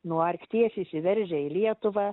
nuo arkties įsiveržia į lietuvą